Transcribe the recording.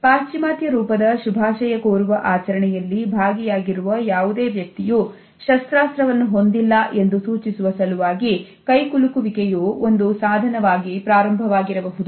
ಪಾಶ್ಚಿಮಾತ್ಯ ರೂಪದ ಶುಭಾಶಯ ಕೋರುವ ಆಚರಣೆಯಲ್ಲಿ ಭಾಗಿಯಾಗಿರುವ ಯಾವುದೇ ವ್ಯಕ್ತಿಯು ಶಸ್ತ್ರಾಸ್ತ್ರವನ್ನು ಹೊಂದಿಲ್ಲ ಎಂದು ಸೂಚಿಸುವ ಸಲುವಾಗಿ ಕೈಕುಲುಕುವಿಕೆಯು ಒಂದು ಸಾಧನವಾಗಿ ಪ್ರಾರಂಭವಾಗಿರಬಹುದು